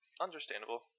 Understandable